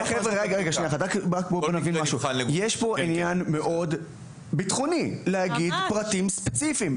יש פה עניין ביטחוני להגיד פרטים ספציפיים.